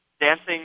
dancing